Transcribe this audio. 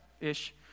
ish